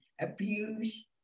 abuse